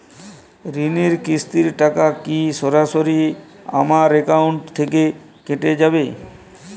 ঋণের কিস্তির টাকা কি সরাসরি আমার অ্যাকাউন্ট থেকে কেটে যাবে?